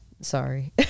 Sorry